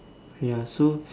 ya so